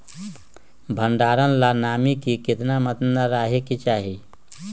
भंडारण ला नामी के केतना मात्रा राहेके चाही?